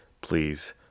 please